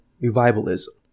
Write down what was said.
Revivalism